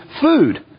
food